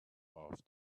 off